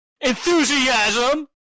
enthusiasm